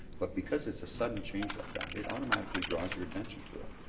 but because it's a sudden change like that, it automatically draws your attention to it.